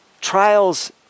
Trials